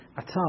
atar